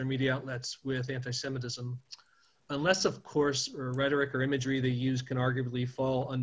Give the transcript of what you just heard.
אנטישמית אלא אם כן היא באמת עונה להגדרה.